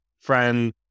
friend